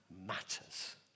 matters